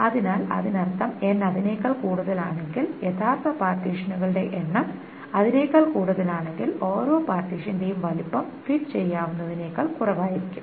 അതിനാൽ അതിനർത്ഥം n അതിനേക്കാൾ കൂടുതലാണെങ്കിൽ യഥാർത്ഥ പാർട്ടീഷനുകളുടെ എണ്ണം അതിനേക്കാൾ കൂടുതലാണെങ്കിൽ ഓരോ പാർട്ടീഷന്റെയും വലുപ്പം ഫിറ്റ് ചെയ്യാനാവുന്നതിനേക്കാൾ കുറവായിരിക്കും